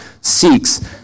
seeks